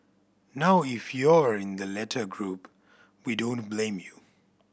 now if you're in the latter group we don't blame you